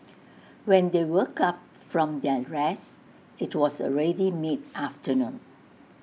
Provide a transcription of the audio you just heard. when they woke up from their rest IT was already mid afternoon